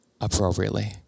appropriately